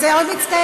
אז אני מאוד מצטערת.